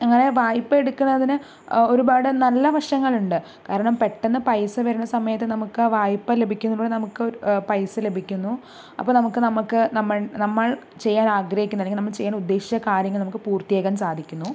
അങ്ങനെ വായ്പ എടുക്കുന്നതിന് ഒരുപാട് നല്ല വശങ്ങളുണ്ട് കാരണം പെട്ടെന്ന് പൈസ വരുന്ന സമയത്ത് നമുക്ക് ആ വായ്പ ലഭിക്കുന്നതിലൂടെ നമുക്ക് പൈസ ലഭിക്കുന്നു അപ്പോൾ നമുക്ക് നമുക്ക് നമ്മൾ ചെയ്യാനാഗ്രഹിക്കുന്ന അല്ലെങ്കിൽ നമ്മൾ ചെയ്യാൻ ഉദ്ദേശിച്ച കാര്യങ്ങൾ നമുക്ക് പൂർത്തീകരിക്കാൻ സാധിക്കുന്നു